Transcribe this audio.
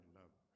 love